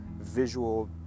visual